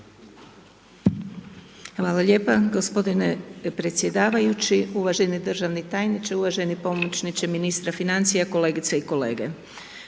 Hvala lijepa g. predsjedavajući. Uvaženi državni tajniče, uvaženi pomoćniče ministra financija, kolegice i kolege,